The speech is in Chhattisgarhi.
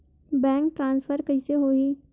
बैंक ट्रान्सफर कइसे होही?